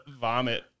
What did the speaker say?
vomit